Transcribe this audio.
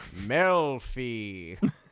melfi